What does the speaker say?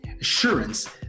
assurance